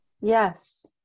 yes